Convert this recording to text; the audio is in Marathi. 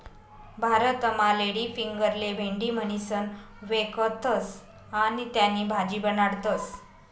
भारतमा लेडीफिंगरले भेंडी म्हणीसण व्यकखतस आणि त्यानी भाजी बनाडतस